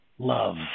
Love